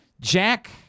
Jack